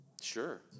Sure